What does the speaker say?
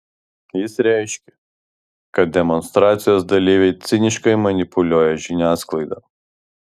jis reiškė kad demonstracijos dalyviai ciniškai manipuliuoja žiniasklaida